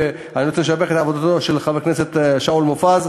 ואני רוצה לשבח את עבודתו של חבר הכנסת שאול מופז,